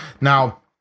Now